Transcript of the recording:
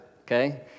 okay